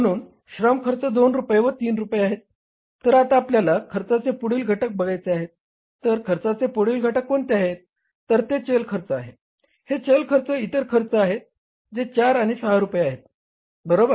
म्हणून श्रम खर्च 2 रुपये व 3 रुपये आहेत तर आता आपल्याला खर्चाचे पुढील घटक बघायचे आहे तर खर्चाचे पुढील घटक कोणते आहे तर ते चल खर्च आहे हे चल खर्च इतर खर्च आहेत जे 4 आणि 6 रुपये आहेत बरोबर